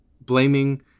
blaming